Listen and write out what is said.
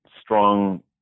strong